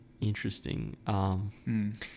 interesting